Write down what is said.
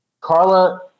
Carla